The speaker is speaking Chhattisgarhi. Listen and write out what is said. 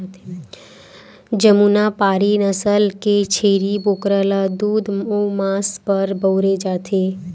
जमुनापारी नसल के छेरी बोकरा ल दूद अउ मांस बर बउरे जाथे